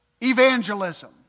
evangelism